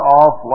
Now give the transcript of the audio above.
off